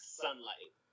sunlight